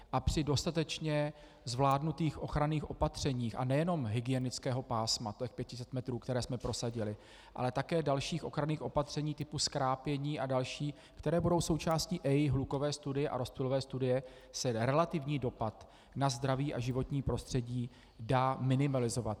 A při dostatečně zvládnutých ochranných opatřeních nejen hygienického pásma těch 500 metrů, které jsme prosadili, ale také dalších ochranných opatřeních typu zkrápění a dalších, která budou součástí EIA, hlukové studie a rozptylové studie, se relativní dopad na zdraví a životní prostředí dá minimalizovat.